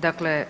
Dakle,